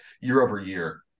year-over-year